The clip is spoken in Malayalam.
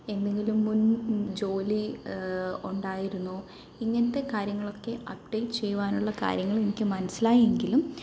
എന്നെങ്കിലും മുൻ ജോലി ഉണ്ടായിരുന്നോ ഇങ്ങനത്തെ കാര്യങ്ങളൊക്കെ അപ്ഡേറ്റ് ചെയ്യുവാനുള്ള കാര്യങ്ങളെനിക്ക് മനസിലായെങ്കിലും